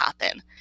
happen